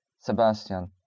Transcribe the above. sebastian